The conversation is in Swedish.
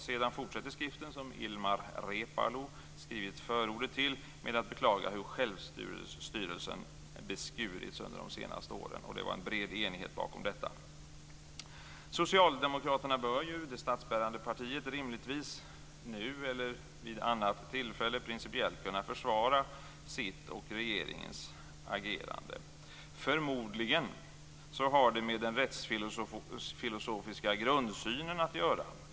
Sedan fortsätter skriften, som Ilmar Reepalu skrivit förordet till, med att beklaga hur självstyrelsen har beskurits under de senaste åren. Det låg en bred enighet bakom detta. bör rimligtvis nu eller vid annat tillfälle principiellt försvara sitt och regeringens agerande. Förmodligen har det med den rättsfilosofiska grundsynen att göra.